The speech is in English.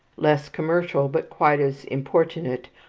less commercial, but quite as importunate,